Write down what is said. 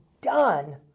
done